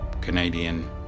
Canadian